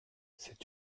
c’est